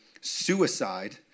Suicide